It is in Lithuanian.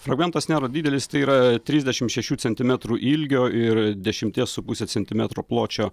fragmentas nėra didelis tai yra trisdešim šešių centimetrų ilgio ir dešimties su puse centimetro pločio